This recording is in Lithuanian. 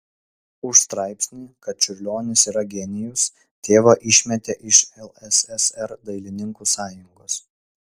už straipsnį kad čiurlionis yra genijus tėvą išmetė iš lssr dailininkų sąjungos